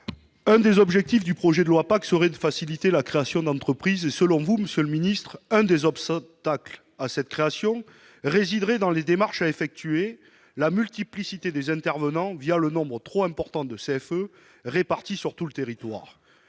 L'un des objectifs du projet de loi PACTE serait de faciliter la création d'entreprise. Selon vous, monsieur le ministre, l'un des obstacles à cette création résiderait dans les démarches à effectuer et la multiplicité des intervenants, due au nombre trop important de CFE répartis sur tout le territoire-